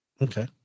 Okay